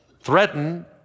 threaten